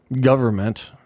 government